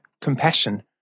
compassion